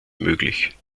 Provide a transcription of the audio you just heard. möglich